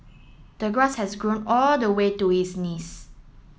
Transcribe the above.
the grass has grown all the way to his knees